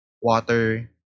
water